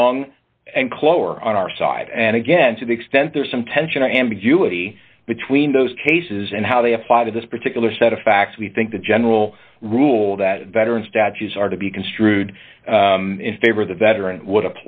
young and chlo are on our side and again to the extent there is some tension ambiguity between those cases and how they apply to this particular set of facts we think the general rule that veteran statues are to be construed in favor of the veteran would